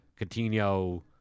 Coutinho